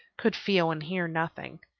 could feel and hear nothing.